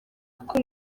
kuko